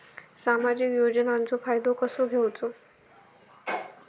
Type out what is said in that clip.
सामाजिक योजनांचो फायदो कसो घेवचो?